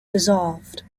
dissolved